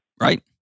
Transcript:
Right